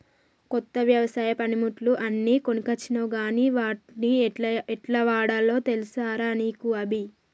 కొత్త వ్యవసాయ పనిముట్లు అన్ని కొనుకొచ్చినవ్ గని వాట్ని యెట్లవాడాల్నో తెలుసా రా నీకు అభి